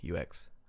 UX